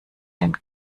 den